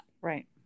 right